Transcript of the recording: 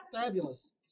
fabulous